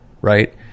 Right